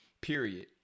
period